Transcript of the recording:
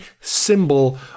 symbol